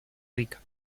rica